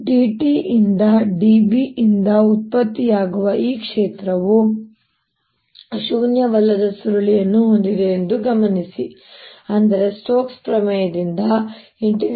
dt ಯಿಂದ dB ಯಿಂದ ಉತ್ಪತ್ತಿಯಾಗುವ ಈ ಕ್ಷೇತ್ರವು ಶೂನ್ಯವಲ್ಲದ ಸುರುಳಿಯನ್ನು ಹೊಂದಿದೆ ಎಂಬುದನ್ನು ಗಮನಿಸಿ ಅಂದರೆ ಸ್ಟೋಕ್ಸ್ನ ಪ್ರಮೇಯದಿಂದ E